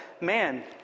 man